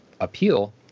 appeal